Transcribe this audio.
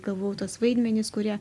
gavau tuos vaidmenis kurie